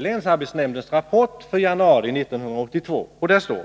länsarbetsnämndens rapport för januari 1982 om arbetsmarknaden i Gävleborg.